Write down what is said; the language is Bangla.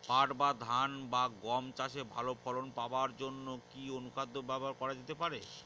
পাট বা ধান বা গম চাষে ভালো ফলন পাবার জন কি অনুখাদ্য ব্যবহার করা যেতে পারে?